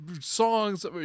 songs